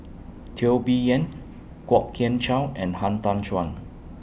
Teo Bee Yen Kwok Kian Chow and Han Tan Juan